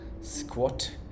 squat